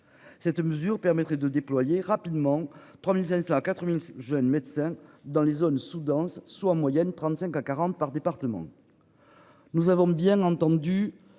Cette mesure permettrait de déployer rapidement 3500 à 4000 jeunes médecins dans les zones sous-denses, soit en moyenne 35 à 40 par département.